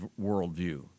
worldview